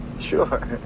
Sure